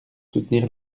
soutenir